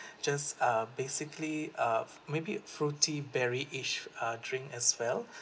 just uh basically uh maybe fruity berryish uh drink as well